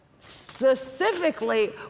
specifically